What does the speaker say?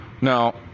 now